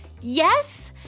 Yes